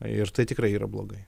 ir tai tikrai yra blogai